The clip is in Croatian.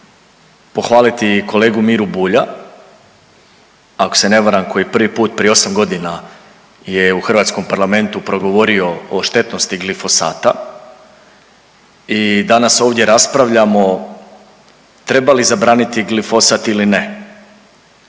htio bih pohvaliti kolegu Miru Bulja ako se ne varam koji je prvi put prije osam godina je u hrvatskom Parlamentu progovorio o štetnosti glifosata. I danas ovdje raspravljamo treba li zabraniti glifosat ili ne.